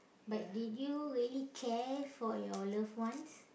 but did you really care for your loved ones